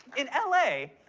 in l a,